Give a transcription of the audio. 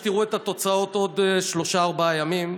סביר שאתם תראו את התוצאות עוד שלושה-ארבעה ימים,